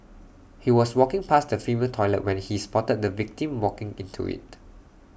he was walking past the female toilet when he spotted the victim walking into IT